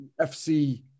FC